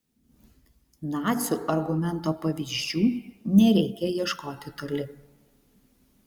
nacių argumento pavyzdžių nereikia ieškoti toli